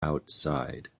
outside